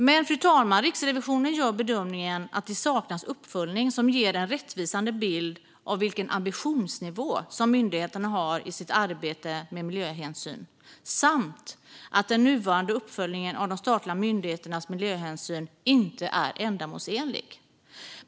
Men Riksrevisionen gör bedömningen att det saknas uppföljning som ger en rättvisande bild av vilken ambitionsnivå myndigheterna har i sitt arbete med miljöhänsyn, fru talman, samt att den nuvarande uppföljningen av de statliga myndigheternas miljöhänsyn inte är ändamålsenlig.